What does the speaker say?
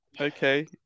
Okay